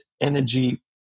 energy